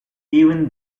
even